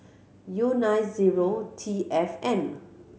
U nine zero T F N